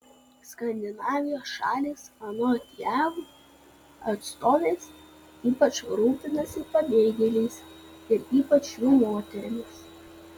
skandinavijos šalys anot jav atstovės ypač rūpinasi pabėgėliais ir ypač jų moterimis